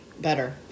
Better